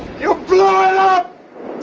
yo yo